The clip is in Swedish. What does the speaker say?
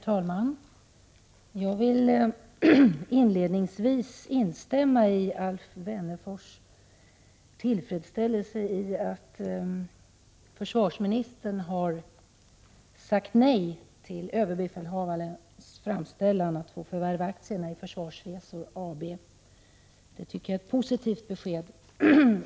Herr talman! Låt mig inledningsvis instämma i Alf Wennerfors tillfredsställelse över att försvarsministern har sagt nej till ÖB:s framställan om att få förvärva aktierna i Försvarsresor AB. Det är ett positivt besked.